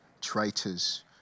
traitors